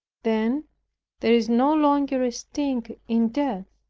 then there is no longer a sting in death,